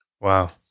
Wow